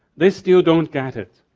they still don't get it,